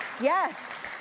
Yes